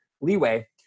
leeway